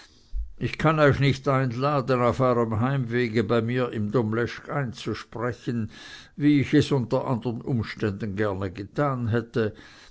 ich kann euch nicht einladen auf euerm heimwege bei mir im domleschg einzusprechen wie ich es unter andern umständen gerne getan hätte